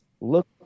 look